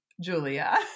Julia